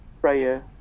prayer